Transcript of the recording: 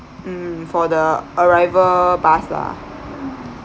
mm for the arrival bus lah